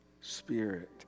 Spirit